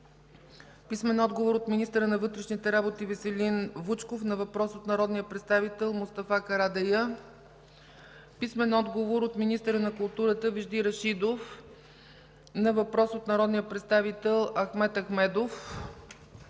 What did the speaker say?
Иван Станков; - министъра на вътрешните работи Веселин Вучков на въпрос от народния представител Мустафа Карадайъ; - министъра на културата Вежди Рашидов на въпрос от народния представител Ахмед Ахмедов;